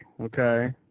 okay